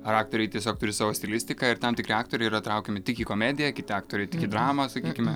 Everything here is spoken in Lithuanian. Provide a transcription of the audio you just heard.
ar aktoriai tiesiog turi savo stilistiką ir tam tikri aktoriai yra traukiami tik į komediją kiti aktoriai tik į dramą sakykime